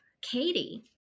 Katie